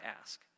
ask